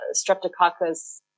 Streptococcus